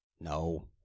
No